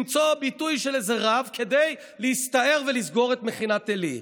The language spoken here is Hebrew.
למצוא ביטוי של איזה רב כדי להסתער ולסגור את מכינת עלי?